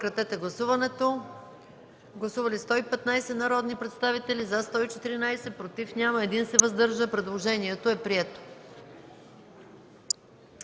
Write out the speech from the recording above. Предложението е прието.